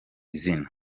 izina